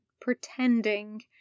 pretending